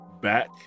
back